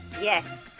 Yes